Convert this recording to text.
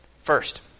First